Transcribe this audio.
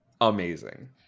amazing